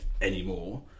anymore